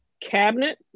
cabinet